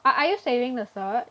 are are you saving the search